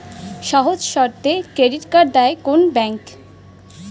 সহজ শর্তে credit card দেয় কোন ব্যাংক?